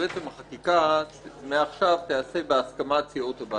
החקיקה מעכשיו תיעשה בהסכמת סיעות הבית.